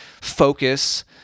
focus